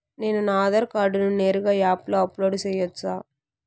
నేను నా ఆధార్ కార్డును నేరుగా యాప్ లో అప్లోడ్ సేయొచ్చా?